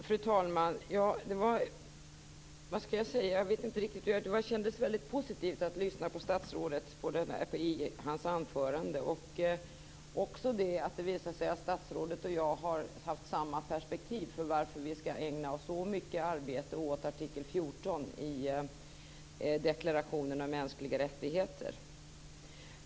Fru talman! Det kändes väldigt positivt att lyssna på statsrådets anförande. Det visade sig också att statsrådet och jag har haft samma perspektiv på varför vi skall ägna så mycket arbete åt artikel 14 i deklarationen om mänskliga rättigheter.